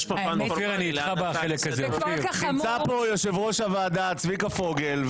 יש פה פן פורמלי --- נמצא פה יושב-ראש הוועדה צביקה פוגל,